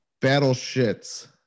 Battleships